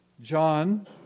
John